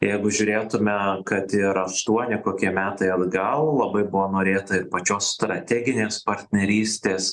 jeigu žiūrėtume kad ir aštuoni kokie metai atgal labai buvo norėta ir pačios strateginės partnerystės